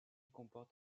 comporte